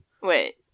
Wait